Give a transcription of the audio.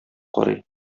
карый